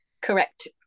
correct